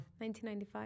1995